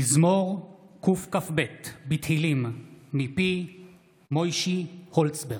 מזמור קכ"ב בתהילים מפי מוישי הולצברג: